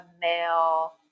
male